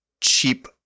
cheap